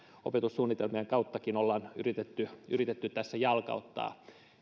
opetussuunnitelmien kauttakin ollaan yritetty yritetty jalkauttaa